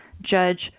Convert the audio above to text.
Judge